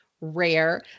rare